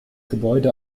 gebäude